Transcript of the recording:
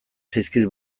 zaizkit